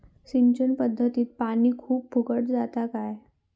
सिंचन पध्दतीत पानी खूप फुकट जाता काय?